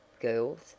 girls